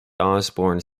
osbourne